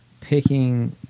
picking